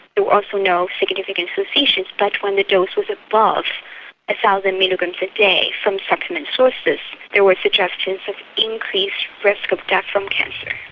there were also no significant associations. but when the dose was above one thousand milligrams a day from supplement sources, there were suggestions of increased risk of death from cancer.